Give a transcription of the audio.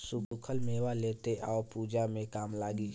सुखल मेवा लेते आव पूजा में काम लागी